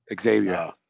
Xavier